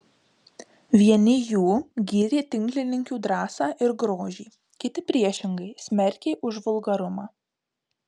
vieni jų gyrė tinklininkių drąsą ir grožį kiti priešingai smerkė už vulgarumą